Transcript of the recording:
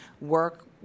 work